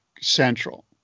Central